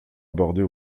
aborder